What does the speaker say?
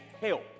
help